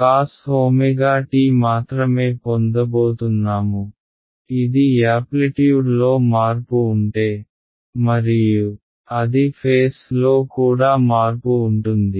cos ωt మాత్రమే పొందబోతున్నాము ఇది యాప్లిట్యూడ్ లో మార్పు ఉంటే మరియు అది ఫేస్ లో కూడా మార్పు ఉంటుంది